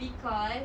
because